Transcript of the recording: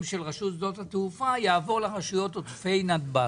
של רשות שדות התעופה יעברו לרשויות עוטפי נתב"ג.